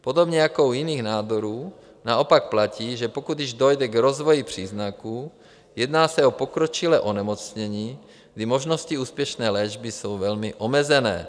Podobně jako u jiných nádorů naopak platí, že pokud již dojde k rozvoji příznaků, jedná se o pokročilé onemocnění, kdy možnosti úspěšné léčby jsou velmi omezené.